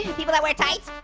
people that wear tights?